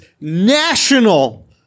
national